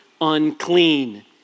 unclean